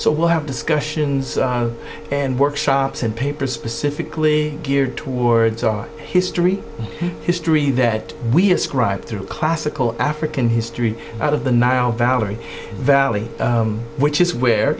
so we'll have discussions and workshops and papers specifically geared towards our history history that we ascribe to classical african history out of the nile valerie valley which is where